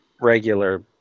Regular